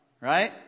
right